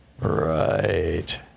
Right